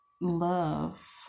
love